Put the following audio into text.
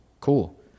cool